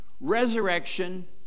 resurrection